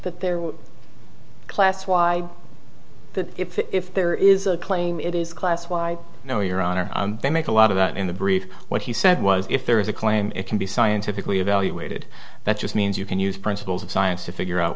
that there class why if there is a claim it is class y no your honor they make a lot of that in the brief what he said was if there is a claim it can be scientifically evaluated that just means you can use principles of science to figure out